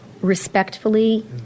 respectfully